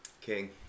King